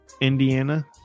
Indiana